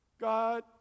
God